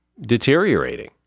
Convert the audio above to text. deteriorating